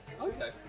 Okay